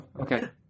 Okay